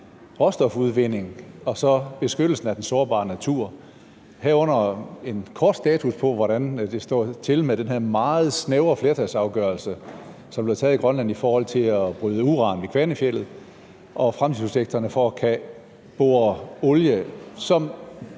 råstofudvinding og beskyttelsen af den sårbare natur, herunder en kort status på, hvordan det står til med den her meget snævre flertalsafgørelse, som blev taget i Grønland i forhold til at bryde uran ved Kvanefjeldet, og om fremtidsudsigterne for at bore efter olie, som